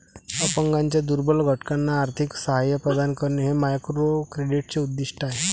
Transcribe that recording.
अपंगांच्या दुर्बल घटकांना आर्थिक सहाय्य प्रदान करणे हे मायक्रोक्रेडिटचे उद्दिष्ट आहे